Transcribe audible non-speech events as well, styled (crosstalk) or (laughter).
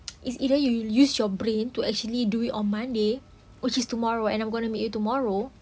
(noise) it's either you use your brain to actually do it on monday which is tomorrow and I'm gonna meet you tomorrow